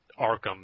Arkham